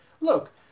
look